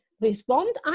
respond